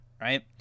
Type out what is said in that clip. right